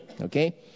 okay